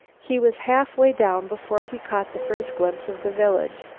he was halfway down before he caught the first glimpse of the village.